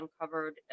uncovered